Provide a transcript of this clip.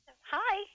Hi